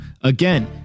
Again